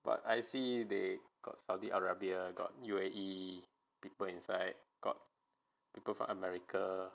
but I see they got saudi arabia got U_A_E people inside got people from america